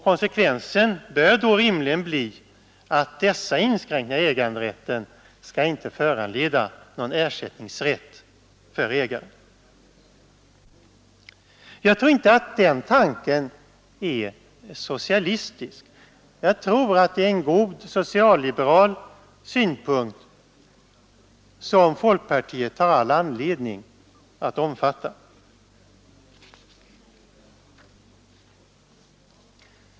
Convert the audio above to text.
Konsekvensen bör då rimligen bli att dessa inskränkningar i äganderätten inte skall föranleda någon ersättningsrätt för ägaren. Jag tror inte att den tanken är socialistisk. Jag tror att det är en god socialliberal synpunkt som folkpartiet har all anledning att omfatta.